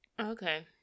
Okay